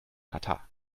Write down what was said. katar